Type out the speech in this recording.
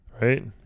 right